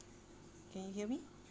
can you hear me